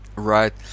right